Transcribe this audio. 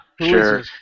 Sure